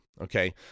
Okay